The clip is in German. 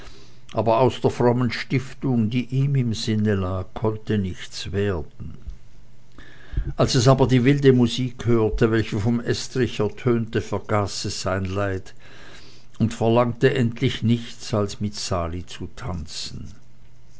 aber aus der frommen stiftung die ihm im sinne lag konnte nichts werden als es aber die wilde musik hörte welche vom estrich ertönte vergaß es sein leid und verlangte endlich nichts als mit sali zu tanzen